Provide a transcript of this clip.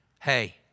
hey